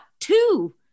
two